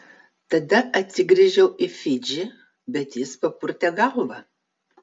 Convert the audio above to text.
tada atsigręžiau į fidžį bet jis papurtė galvą